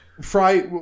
fry